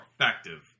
effective